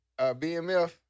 BMF